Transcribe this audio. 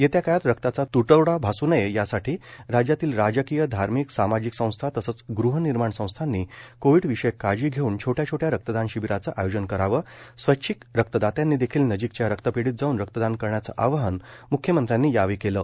येत्या काळात रक्ताचा त्टवडा भास् नये यासाठी राज्यातील राजकीय धार्मिक सामाजिक संस्था तसंच गृहनिर्माण संस्थांनी कोविड विषयक काळजी घेऊन छोट्या छोट्या रक्तदान शिबीरांचं आयोजन करावं स्वैच्छिक रक्तदात्यांनी देखील नजीकच्या रक्तपेढीत जाऊन रक्तदान करण्याचं आवाहन म्ख्यमंत्र्यांनी केलं आहे